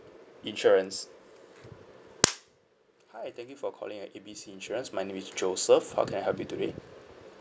insurance hi thank you for calling at A B C insurance my name is joseph how can I help you today